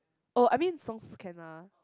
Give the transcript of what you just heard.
oh I mean songs also can ah